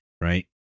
Right